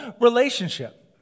relationship